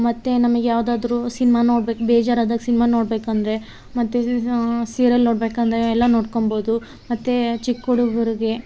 ಮತ್ತು ನಮಗ್ಯಾವ್ದಾದ್ರು ಸಿನ್ಮ ನೋಡ್ಬೇಕು ಬೇಜಾರಾದಾಗ ಸಿನ್ಮಾ ನೋಡ್ಬೇಕಂದರೆ ಮತ್ತು ಸೀರಿಯಲ್ ನೋಡಬೇಕಂದ್ರೆ ಎಲ್ಲ ನೋಡ್ಕೊಬೌದು ಮತ್ತು ಚಿಕ್ಕ ಹುಡುಗರಿಗೆ